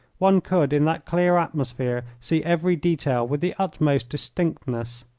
one could in that clear atmosphere see every detail with the utmost distinctness.